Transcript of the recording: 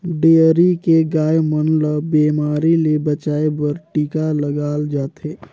dairy के गाय मन ल बेमारी ले बचाये बर टिका लगाल जाथे